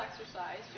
exercise